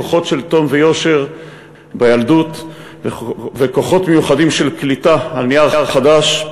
כוחות של תום ויושר בילדות וכוחות מיוחדים של קליטה על נייר חדש,